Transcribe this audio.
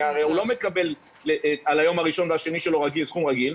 כי הרי הוא לא מקבל על היום הראשון והשני שלו סכום רגיל,